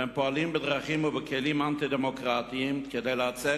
והם פועלים בדרכים ובכלים אנטי-דמוקרטיים כדי להצר